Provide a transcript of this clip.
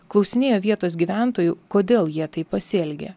klausinėjo vietos gyventojų kodėl jie taip pasielgė